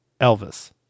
Elvis